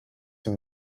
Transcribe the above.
dem